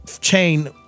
chain